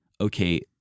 okay